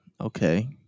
Okay